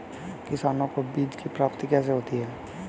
किसानों को बीज की प्राप्ति कैसे होती है?